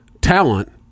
talent